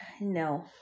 No